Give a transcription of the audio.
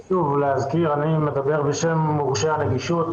מדבר בשם מורשי הנגישות,